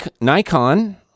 Nikon